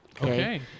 Okay